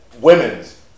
women's